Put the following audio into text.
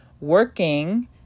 working